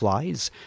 Flies